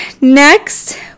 next